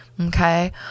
okay